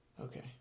Okay